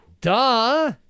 Duh